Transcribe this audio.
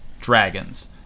dragons